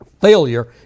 failure